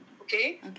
Okay